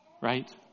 right